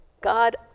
God